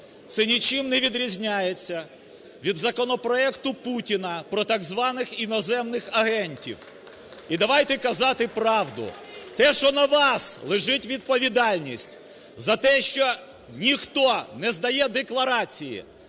це нічим не відрізняється від законопроекту Путіна про так званих іноземних агентів. І давайте казати правду: те, що на вас лежить відповідальність за те, що ніхто не здає декларації,